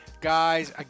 Guys